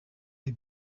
the